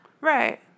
Right